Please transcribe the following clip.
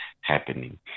happening